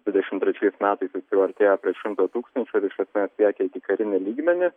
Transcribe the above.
dvidešim trečiais metais jis jau artėjo apie šimto tūkstančių ir iš esmės siekė ikikarinį lygmenį